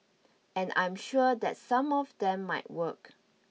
and I'm sure that some of them might work